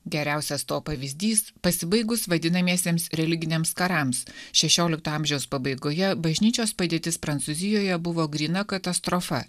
geriausias to pavyzdys pasibaigus vadinamiesiems religiniams karams šešiolikto amžiaus pabaigoje bažnyčios padėtis prancūzijoje buvo gryna katastrofa